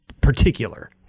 particular